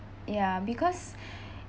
ya because